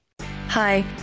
Hi